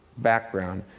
background,